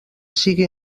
sigui